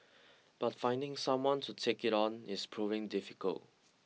but finding someone to take it on is proving difficult